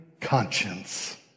conscience